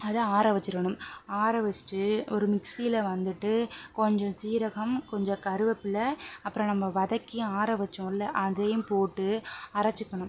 அதை ஆற வச்சிடணும் ஆற வச்சுட்டு ஒரு மிக்சியில் வந்துவிட்டு கொஞ்சம் ஜீரகம் கொஞ்சம் கருவப்பிலை அப்புறம் நம்ப வதக்கி ஆற வச்சோல்லை அதையும் போட்டு அரைச்சுக்கணும்